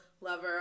lover